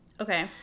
Okay